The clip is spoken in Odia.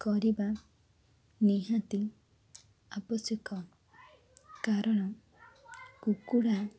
କରିବା ନିହାତି ଆବଶ୍ୟକ କାରଣ କୁକୁଡ଼ା